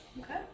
Okay